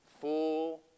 full